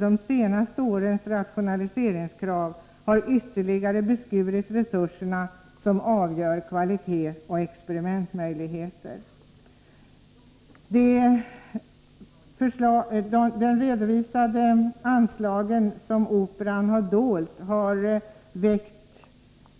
De senaste årens rationaliseringskrav har ytterligare beskurit de resurser som avgör kvalitet och experimentmöjligheter. De redovisade anslag som Operan har dolt har väckt